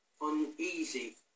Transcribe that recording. uneasy